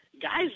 guys